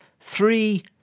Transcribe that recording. three